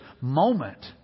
moment